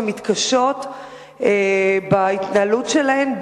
שמתקשות בהתנהלות שלהן,